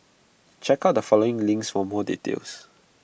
check out the following links for more details